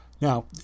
Now